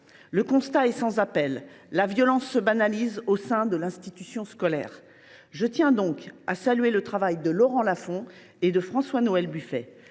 Le constat est sans appel : la violence se banalise au sein de l’institution scolaire. Je tiens donc à saluer le travail de Laurent Lafon et de François Noël Buffet.